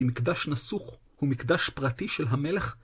אם מקדש נסוך הוא מקדש פרטי של המלך,